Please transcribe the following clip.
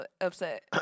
upset